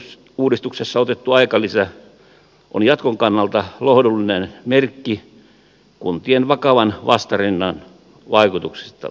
kuntauudistuksessa otettu aikalisä on jatkon kannalta lohdullinen merkki kuntien vakavan vastarinnan vaikutuksista